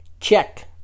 check